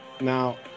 now